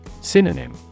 Synonym